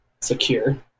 secure